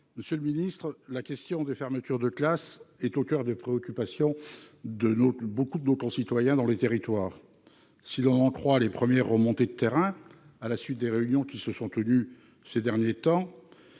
Monsieur le ministre, la question des fermetures de classes est au coeur des préoccupations de beaucoup de nos concitoyens dans les territoires. Si l'on en croit les premières remontées du terrain à la suite des réunions qui se sont déroulées ces derniers temps,